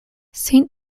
saint